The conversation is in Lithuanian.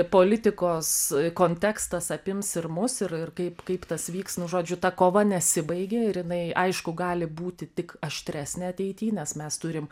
politikos kontekstas apims ir mus ir kaip kaip tas vyks nu žodžiu ta kova nesibaigė ir jinai aišku gali būti tik aštresnė ateity nes mes turim